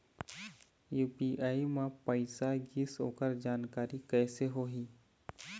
UPI म पैसा गिस ओकर जानकारी कइसे होही?